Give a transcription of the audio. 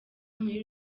muri